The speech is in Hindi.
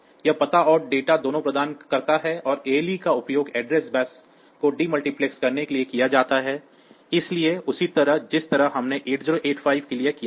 यह पता और डेटा दोनों प्रदान करता है और ALE का उपयोग एड्रेस बस को डी मल्टीप्लेक्स करने के लिए किया जाता है ठीक उसी तरह जिस तरह हमने 8085 के लिए किया था